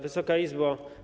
Wysoka Izbo!